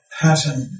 pattern